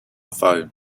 phone